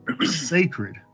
sacred